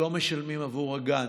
שלא משלמים עבור הגן,